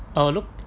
I'll look